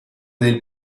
del